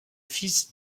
fils